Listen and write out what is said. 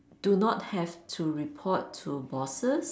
do not have to report to bosses